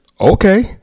Okay